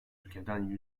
ülkeden